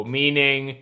meaning